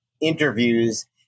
interviews